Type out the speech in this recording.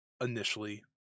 initially